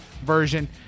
version